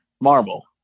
marble